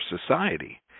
society